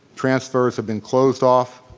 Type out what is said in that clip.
transfers have been closed off